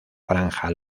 franja